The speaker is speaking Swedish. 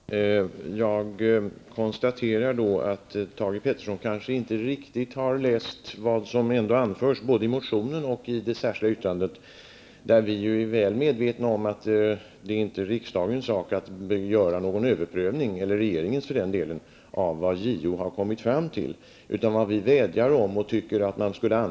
Herr talman! Jag konstaterar att Thage Peterson kanske inte riktigt har läst vad som ändå anförs både i motionen och i det särskilda yttrandet, där det framgår att vi är väl medvetna om att det inte är riksdagens sak -- eller regeringens för den delen -- att göra någon överprövning av vad JO har kommit fram till.